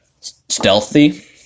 stealthy